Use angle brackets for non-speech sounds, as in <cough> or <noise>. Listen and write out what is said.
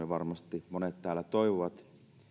<unintelligible> varmasti monet täällä toivovat